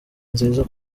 nziza